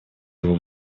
его